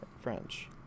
french